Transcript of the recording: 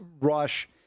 rush